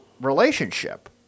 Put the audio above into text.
relationship